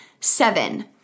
seven